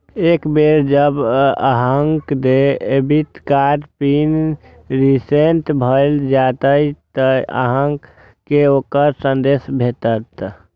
एक बेर जब अहांक डेबिट कार्ड पिन रीसेट भए जाएत, ते अहांक कें ओकर संदेश भेटत